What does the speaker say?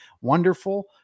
Wonderful